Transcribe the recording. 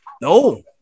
No